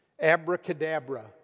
Abracadabra